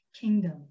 kingdom